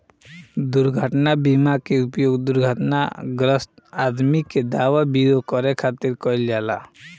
दुर्घटना बीमा के उपयोग दुर्घटनाग्रस्त आदमी के दवा विरो करे खातिर कईल जाला